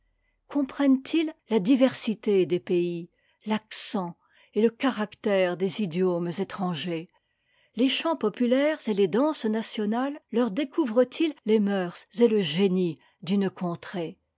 langueur comprennent its la diversité des pays l'accent et le caractère des idiomes étrangers les chants populaires et les danses nationales leur découvrent ils les mœurs et le génie d'une contrée